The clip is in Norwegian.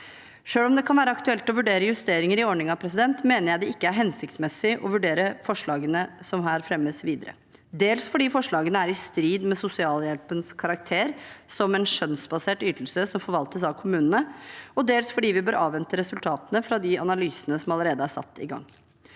Selv om det kan være aktuelt å vurdere justeringer i ordningen, mener jeg det ikke er hensiktsmessig å vurdere forslagene som her fremmes, videre – dels fordi forslagene er i strid med sosialhjelpens karakter som en skjønnsbasert ytelse som forvaltes av kommunene, og dels fordi vi bør avvente resultatene fra de analysene som allerede er satt i gang.